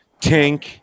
Tink